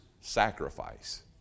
sacrifice